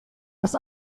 das